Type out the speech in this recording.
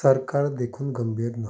सरकार देखून गंभीर ना